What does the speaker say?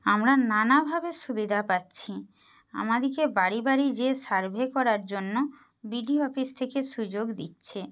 আমরা নানাভাবে সুবিধা পাচ্ছি আমাদেরকে বাড়ি বাড়ি যেয়ে সার্ভে করার জন্য বিডি অফিস থেকে সুযোগ দিচ্ছে